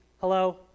hello